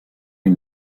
ils